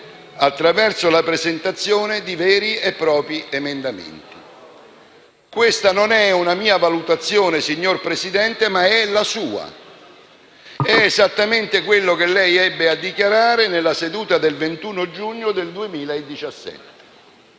attraverso la presentazione di veri e propri emendamenti». Questa non è una mia valutazione, signor Presidente, ma è la sua: è esattamente quello che lei ebbe a dichiarare nella seduta pomeridiana del 21